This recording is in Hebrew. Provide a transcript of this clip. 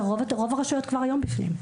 ורוב הרשויות כבר היום בפנים.